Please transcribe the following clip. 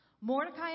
Mordecai